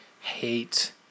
hate